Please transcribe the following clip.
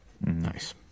Nice